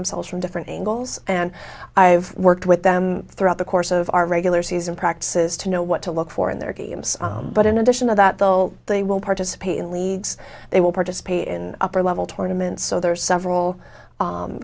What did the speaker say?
themselves from different angles and i've worked with them throughout the course of regular season practices to know what to look for in their games but in addition to that they'll they will participate in leagues they will participate in upper level tournament so there are several